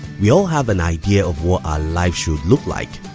we all have an idea of what our life should look like,